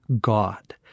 God